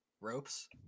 ropes